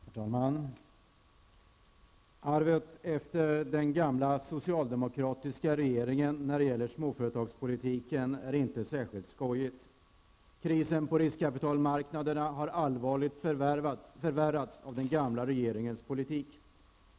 Herr talman! Arvet efter den gamla socialdemokratiska regeringen när det gäller småföretagspolitiken är inte särskilt skojigt. Krisen på riskkapitalmarknaderna har allvarligt förvärrats av den gamla regeringens politik.